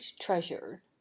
Treasure